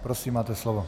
Prosím, máte slovo.